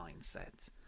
mindset